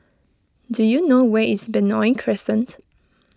do you know where is Benoi Crescent